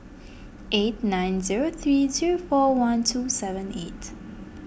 eight nine zero three zero four one two seven eight